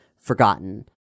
forgotten